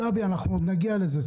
גבי, אנחנו עוד נגיע לזה.